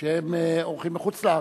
שהם אורחים מחוץ-לארץ,